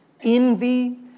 Envy